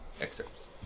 Excerpts